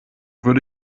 würde